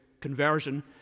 conversion